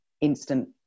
instant